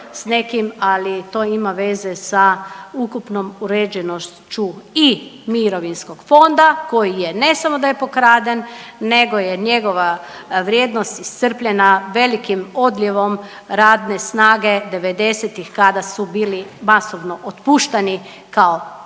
ali to ima veze sa ukupnom uređenošću i mirovinskog fonda koji je, ne samo da je pokraden, nego je njegova vrijednost iscrpljena velikim odljevom radne snage 90-ih kada su bili masovno otpuštani kao oni